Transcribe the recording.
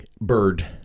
bird